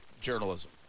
journalism